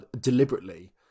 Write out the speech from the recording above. deliberately